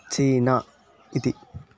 चीना इति